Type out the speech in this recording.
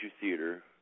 Theater